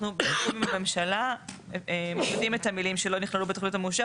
אנחנו בתיאום עם הממשלה מבטלים את המילים שלא נכללו בתוכנית המאושרת,